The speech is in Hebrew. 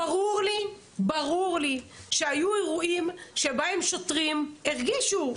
ברור לי שהיו אירועים שבהם שוטרים הרגישו,